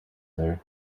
there